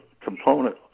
component